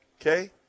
okay